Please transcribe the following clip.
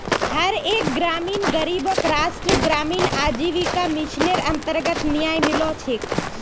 हर एक ग्रामीण गरीबक राष्ट्रीय ग्रामीण आजीविका मिशनेर अन्तर्गत न्याय मिलो छेक